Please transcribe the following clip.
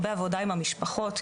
הרבה עבודה עם המשפחות,